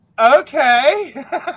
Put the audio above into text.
Okay